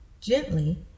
Gently